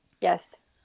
yes